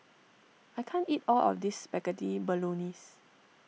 I can't eat all of this Spaghetti Bolognese